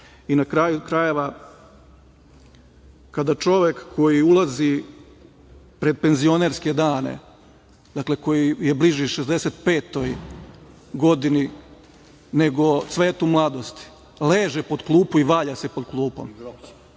zna. Na kraju krajeva, kada čovek koji ulazi pred penzionerske dane, dakle koji je bliži 65 godini nego cvetu mladosti, leže pod klupu i valja se pod klupom,